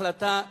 החלטה חריגה,